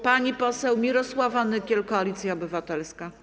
Pani poseł Mirosława Nykiel, Koalicja Obywatelska.